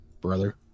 brother